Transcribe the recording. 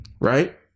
right